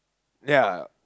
ya